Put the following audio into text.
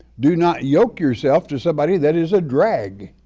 do not yoke yourself to somebody that is a drag